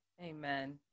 Amen